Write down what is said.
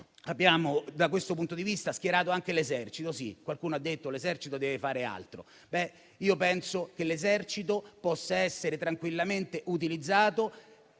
Abbiamo, a questo scopo, schierato anche l'Esercito. Qualcuno ha detto che l'Esercito deve fare altro, ma io penso che l'Esercito possa essere tranquillamente utilizzato